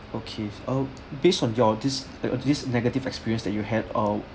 okay uh based on your this this negative experience that you had uh